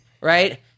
right